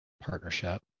partnership